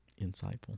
Insightful